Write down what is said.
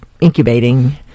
incubating